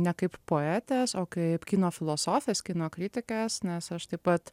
ne kaip poetės o kaip kino filosofijos kino kritikės nes aš taip pat